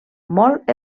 molt